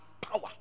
power